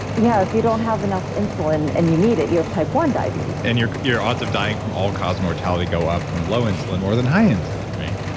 yeah. if you don't have enough insulin and you need it, you have type one diabetes and your your odds of dying from all-cause mortality go up from low insulin more than high insulin, right?